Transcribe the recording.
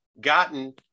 gotten